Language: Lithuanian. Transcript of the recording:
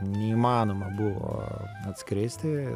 neįmanoma buvo atskristi